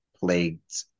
plagued